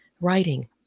writing